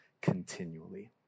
continually